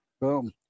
boom